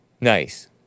Nice